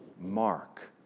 mark